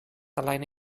alleine